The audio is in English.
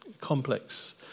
complex